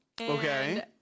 Okay